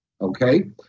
Okay